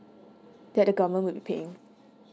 that the government would be paying